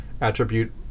attribute